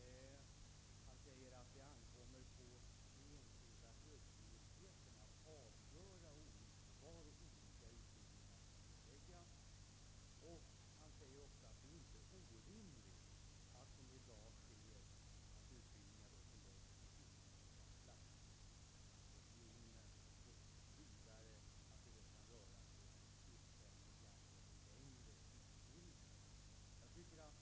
Jag kan notera att på den delfråga som handlar om att sprida ut utbildningen ger utbildningsministern ett mycket försiktigt svar.